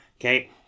Okay